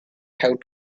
have